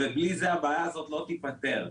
בלי זה הבעיה הזאת לא תיפתר.